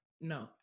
no